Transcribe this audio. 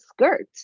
skirt